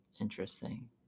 Interesting